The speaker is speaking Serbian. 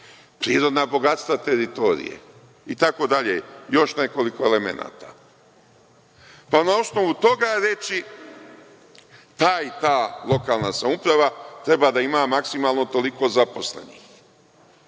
prirodna bogatstva teritorije, itd, još nekoliko elemenata. Pa, na osnovu toga reći ta i ta lokalna samouprava treba da ima maksimalno toliko zaposlenih.